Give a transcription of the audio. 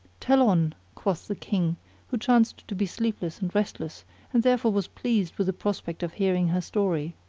tell on, quoth the king who chanced to be sleepless and restless and therefore was pleased with the prospect of hearing her story.